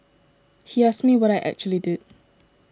he asked me what I actually did